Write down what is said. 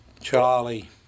Charlie